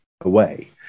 away